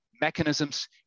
mechanisms